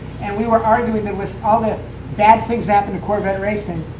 and we were arguing that with all the bad things happening to corvette racing,